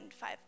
five